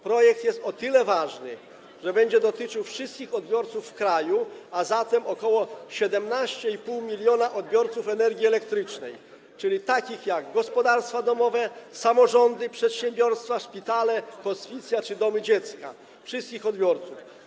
Projekt jest o tyle ważny, że będzie dotyczył wszystkich odbiorców w kraju, a zatem ok. 17,5 mln odbiorców energii elektrycznej: gospodarstwa domowe, samorządy, przedsiębiorstwa, szpitale, hospicja czy domy dziecka - wszystkich odbiorców.